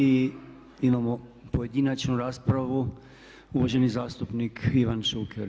I imamo pojedinačnu raspravu, uvaženi zastupnik Ivan Šuker.